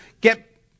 get